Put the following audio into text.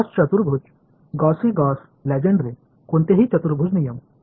Gauss चतुर्भुज गौसी Gauss Legendre कोणतेही चतुर्भुज नियम